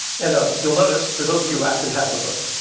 and ah you'll notice, for those of you who actually have the book,